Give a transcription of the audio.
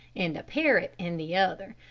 and a parrot in the other.